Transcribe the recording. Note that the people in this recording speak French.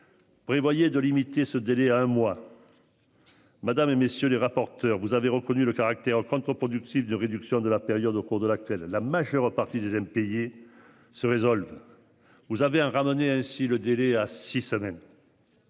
Prévoyait de limiter ce délai à un mois. Madame et messieurs les rapporteurs. Vous avez reconnu le caractère contre-productif de réduction de la période au cours de laquelle la majeure partie des impayés se résolvent. Vous avez un ramener ainsi le délai à six semaines.